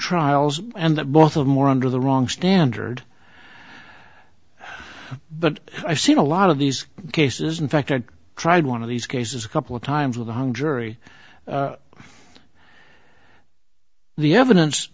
trials and both of more under the wrong standard but i've seen a lot of these cases in fact i tried one of these cases a couple of times with the hung jury the evidence